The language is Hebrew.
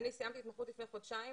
אני סיימתי התמחות לפני חודשיים,